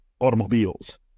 automobiles